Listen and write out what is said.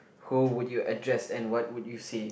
who would you address and what would you say